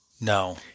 no